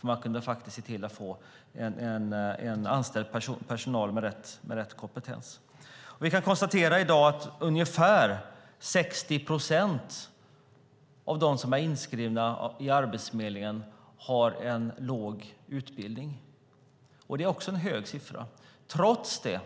Man hade faktiskt kunnat se till att få anställd personal med rätt kompetens. Vi kan konstatera i dag att ungefär 60 procent av dem som är inskrivna i Arbetsförmedlingen har låg utbildning, också en hög siffra. Trots detta